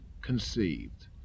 conceived